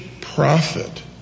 prophet